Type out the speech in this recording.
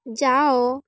ଯାଅ